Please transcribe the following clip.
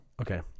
okay